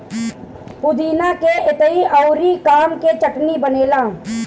पुदीना के पतइ अउरी आम के चटनी बनेला